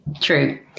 True